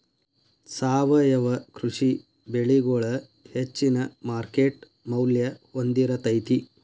ಸಾವಯವ ಕೃಷಿ ಬೆಳಿಗೊಳ ಹೆಚ್ಚಿನ ಮಾರ್ಕೇಟ್ ಮೌಲ್ಯ ಹೊಂದಿರತೈತಿ